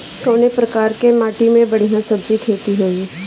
कवने प्रकार की माटी में बढ़िया सब्जी खेती हुई?